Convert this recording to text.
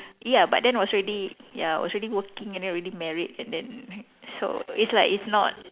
ya but then was already ya was already working and then already married and then so it's like it's not